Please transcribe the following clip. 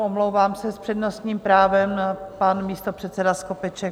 Omlouvám se, s přednostním právem pan místopředseda Skopeček.